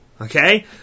Okay